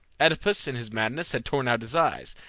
oedipus in his madness had torn out his eyes,